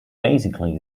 basically